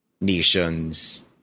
nations